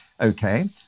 okay